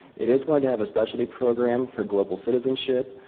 it is going to have a specialty program for global citizenship.